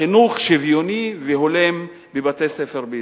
בחינוך שוויוני והולם בבתי-ספר בישראל.